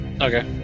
Okay